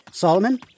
Solomon